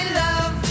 love